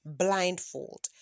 blindfold